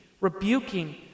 rebuking